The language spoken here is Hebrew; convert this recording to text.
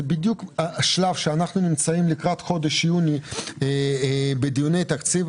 זה בדיוק השלב שאנחנו נמצאים לקראת חודש יוני בדיוני תקציב.